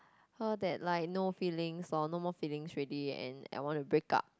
her that like no feelings lor no more feelings ready and I wanna break up